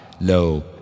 Lo